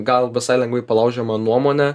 gal visai lengvai palaužiamą nuomonę